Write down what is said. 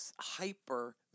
hyper